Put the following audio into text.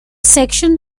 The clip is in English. section